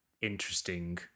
interesting